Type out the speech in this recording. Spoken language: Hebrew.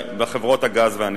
בחברות הגז והנפט.